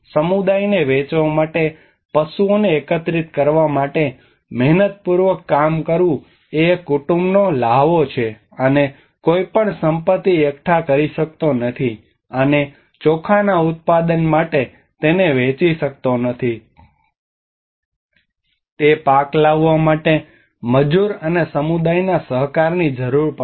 સમુદાયને વહેંચવા માટે પશુઓને એકત્રિત કરવા માટે મહેનતપૂર્વક કામ કરવું એ એક કુટુંબનો લહાવો છે અને કોઈ પણ સંપત્તિ એકઠા કરી શકતો નથી અને ચોખાના ઉત્પાદન માટે તેને વહેંચી શકતો નથી તે પાક લાવવા માટે મજૂર અને સમુદાયના સહકારની જરૂર પડે છે